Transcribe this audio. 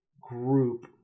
group